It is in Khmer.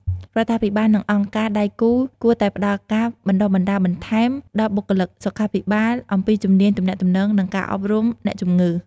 រដ្ឋាភិបាលនិងអង្គការដៃគូគួរតែផ្តល់ការបណ្តុះបណ្តាលបន្ថែមដល់បុគ្គលិកសុខាភិបាលអំពីជំនាញទំនាក់ទំនង និងការអប់រំអ្នកជំងឺ។